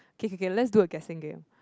K K K lets do a guessing game